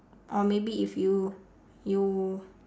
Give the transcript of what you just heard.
or maybe if you you